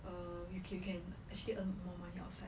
err you can you can actually earn more money outside